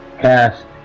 Cast